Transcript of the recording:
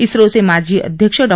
इस्रोचे माजी अध्यक्ष डॉ